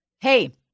Hey